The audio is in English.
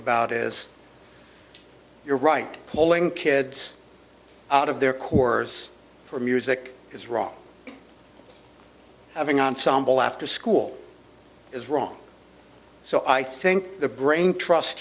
about is you're right holing kids out of their corps for music is wrong having ensemble after school is wrong so i think the brain trust